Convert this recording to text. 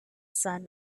sun